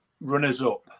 runners-up